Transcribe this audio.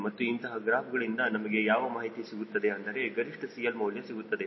ಮತ್ತು ಇಂತಹ ಗ್ರಾಫ್ ಗಳಿಂದ ನಮಗೆ ಯಾವ ಮಾಹಿತಿ ಸಿಗುತ್ತದೆ ಅಂದರೆ ಗರಿಷ್ಠ CL ಮೌಲ್ಯ ಸಿಗುತ್ತದೆ